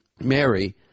Mary